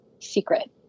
secret